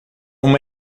uma